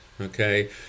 Okay